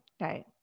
right